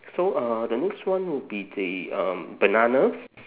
so uh the next one would be the um bananas